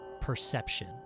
Perception